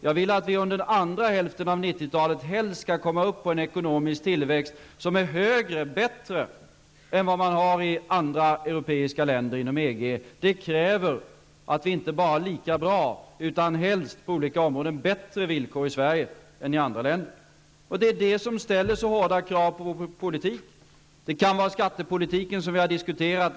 Jag vill att vi under andra hälften av 90-talet helst skall komma upp på en ekonomisk tillväxt som är högre och bättre än vad man har i andra europeiska länder inom EG. Det kräver att vi inte bara har lika bra, utan helst bättre villkor på olika områden i Sverige än i andra länder. Det är detta som ställer så hårda krav på vår politik. Det kan gälla skattepolitiken som vi har diskuterat.